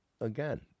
again